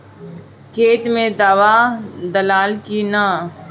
खेत मे दावा दालाल कि न?